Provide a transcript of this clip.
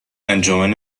انجمن